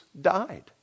died